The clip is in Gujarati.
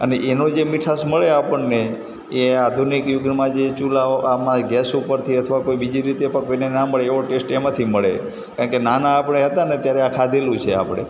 અને એનો જે મીઠાશ મળે આપણને એ આધુનિક યુગમાં જે ચુલાઓ આમાંય ગેસ ઉપરથી અથવા કોઈ બીજી રીતે પકવીને ના મળે એવો ટેસ્ટ એમાંથી મળે કારણ કે નાના આપણે હતા ને ત્યારે આ ખાધેલું છે આપણે